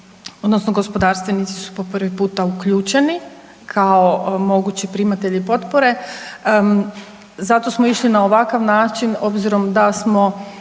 odnosno gospodarstvenici su po prvi puta uključeni kao mogući primatelji potpore. Zato smo išli na ovakav način obzirom da smo